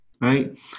right